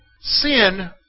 Sin